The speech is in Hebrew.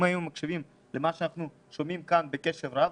אם היו מקשיבים למה שאנחנו שומעים כאן בקשב רב,